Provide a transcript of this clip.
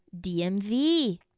DMV